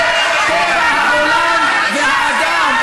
זה טבע העולם והאדם.